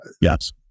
Yes